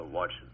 watch